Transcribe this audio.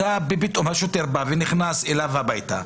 פתאום השוטר בא ונכנס אליו הביתה,